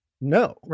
No